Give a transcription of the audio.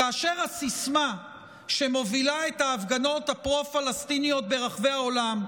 כאשר הסיסמה שמובילה את ההפגנות הפרו-פלסטיניות ברחבי העולם,